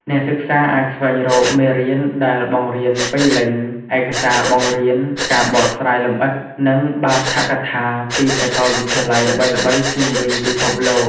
អ្នកសិក្សាអាចស្វែងរកមេរៀនដែលបង្រៀនពេញលេញ ឯកសារបង្រៀន ការបកស្រាយលម្អិត និងបាឋកថាពីសាកលវិទ្យាល័យល្បីៗជុំវិញពិភពលោក។